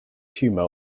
tumor